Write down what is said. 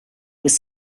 was